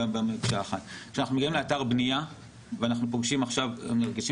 כשאנחנו מגיעים לאתר בנייה ואנחנו נפגשים